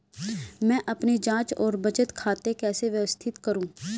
मैं अपनी जांच और बचत खाते कैसे व्यवस्थित करूँ?